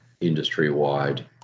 industry-wide